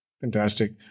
Fantastic